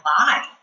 lie